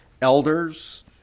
elders